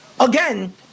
Again